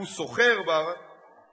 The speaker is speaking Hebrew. הוא סוחר, נכון, נכון.